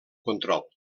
control